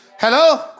hello